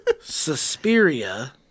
Suspiria